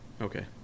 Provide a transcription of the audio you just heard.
Okay